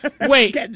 Wait